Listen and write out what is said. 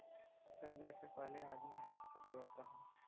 गन्ना के पहिले आदमी हाथ से पेरत रहल